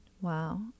Wow